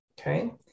okay